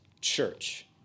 church